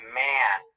man